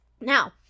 Now